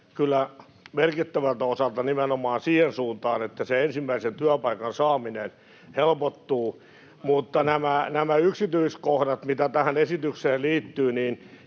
kyllä merkittävältä osalta nimenomaan sen suuntaisia, että se ensimmäisen työpaikan saaminen helpottuu. Mutta näihin yksityiskohtiin, mitä tähän esitykseen liittyy, on